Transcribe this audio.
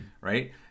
right